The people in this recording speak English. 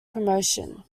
promotion